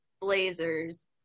Blazers